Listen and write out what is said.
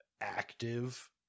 active